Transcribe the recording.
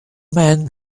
men